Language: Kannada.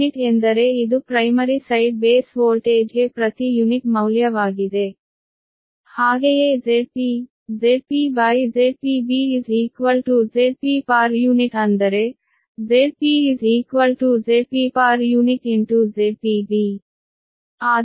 Vppu ಎಂದರೆ ಇದು ಪ್ರೈಮರಿ ಸೈಡ್ ಬೇಸ್ ವೋಲ್ಟೇಜ್ಗೆ ಪ್ರತಿ ಯುನಿಟ್ ಮೌಲ್ಯವಾಗಿದೆ ಹಾಗೆಯೇ Zp ZpZpB Zp ಅಂದರೆ Zp Zp ZpB